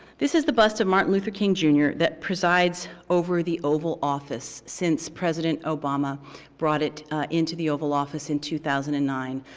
this is the bust of martin luther king jr. that presides over the oval office since president obama brought it into the oval office in two thousand and nine.